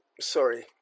sorry